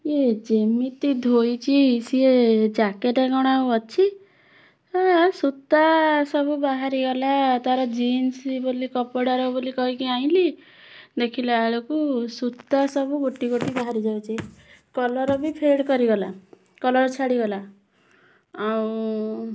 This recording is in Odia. ୟେ ଯେମିତି ଧୋଇଛି ସିଏ ଜ୍ୟାକେଟ୍ କ'ଣ ଆଉ ଅଛି ସୂତା ସବୁ ବାହାରିଗଲା ତା'ର ଜିନ୍ସ ବୋଲି କପଡ଼ାର ବୋଲି କହିକି ଆଣିଲି ଦେଖିଲା ବେଳକୁ ସୂତା ସବୁ ଗୋଟି ଗୋଟି କରି ବାହାରି ଯାଉଛି କଲର୍ ବି ଫେଡ଼୍ କରିଗଲା କଲର୍ ଛାଡ଼ିଗଲା ଆଉ